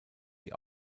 die